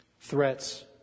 Threats